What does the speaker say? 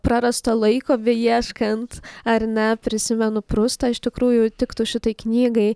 prarasto laiko beieškant ar ne prisimenu prustą iš tikrųjų tiktų šitai knygai